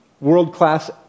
world-class